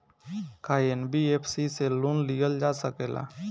का एन.बी.एफ.सी से लोन लियल जा सकेला?